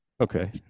okay